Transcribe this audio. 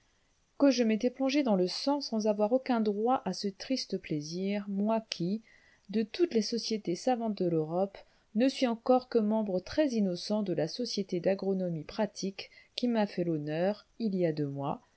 que je m'étais plongé dans le sang sans avoir aucun droit à ce triste plaisir moi qui de toutes les sociétés savantes de l'europe ne suis encore que membre très innocent de la société d'agronomie pratique qui m'a fait l'honneur il y a deux mois